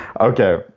Okay